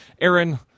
Aaron